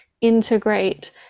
integrate